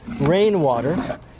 rainwater